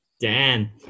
Dan